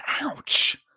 ouch